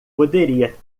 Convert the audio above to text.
poderia